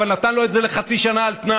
אבל נתן לו את זה לחצי שנה על תנאי,